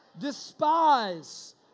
despise